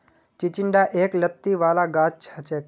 चिचिण्डा एक लत्ती वाला गाछ हछेक